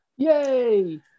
Yay